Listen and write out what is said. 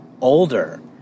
older